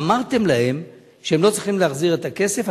אמרתם להם שלא צריכים להחזיר את הכסף,